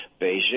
Beijing